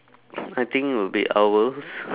I think would be owls